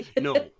No